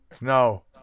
No